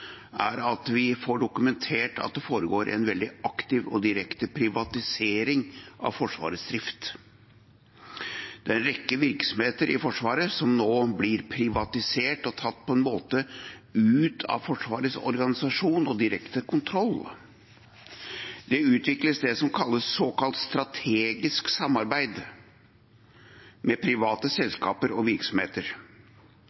er at vi får dokumentert at det foregår en veldig aktiv og direkte privatisering av Forsvarets drift. Det er en rekke virksomheter i Forsvaret som nå blir privatisert og på en måte tatt ut av Forsvarets organisasjon og direkte kontroll, og det utvikles et såkalt strategisk samarbeid med private